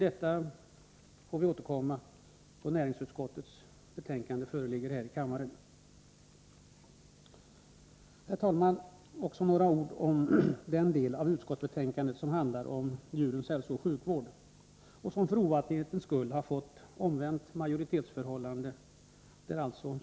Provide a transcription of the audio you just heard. Detta får vi återkomma till när ett betänkande från näringsutskottet föreligger. Herr talman! Jag vill också säga några ord om den del av utskottsbetänkandet som handlar om djurens hälsooch sjukvård. I den frågan har vi för ovanlighetens skull fått ett omvänt majoritetsförhållande.